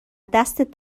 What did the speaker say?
دستت